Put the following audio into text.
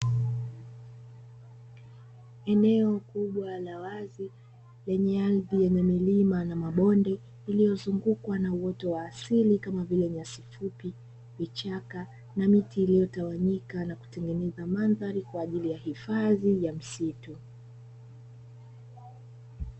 Eneo kubwa la wazi lenye ardhi yenye milima na mabonde iliyozungukwa na uoto wa asili kama vile nyasi fupi, vichaka na miti iliyotawanyika na kutengeneza mandhari kwa ajili ya hifadhi ya misitu.